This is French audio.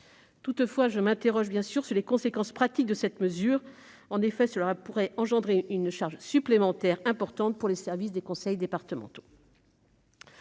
Toutefois, je m'interroge sur les conséquences pratiques de cette mesure. En effet, cela pourrait engendrer une charge supplémentaire importante pour les services des conseils départementaux.